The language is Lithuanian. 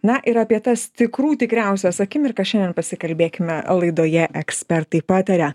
na ir apie tas tikrų tikriausias akimirkas šiandien pasikalbėkime laidoje ekspertai pataria